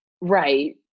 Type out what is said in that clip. right